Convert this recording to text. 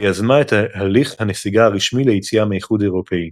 ויזמה את הליך הנסיגה הרשמי ליציאה מהאיחוד האירופי.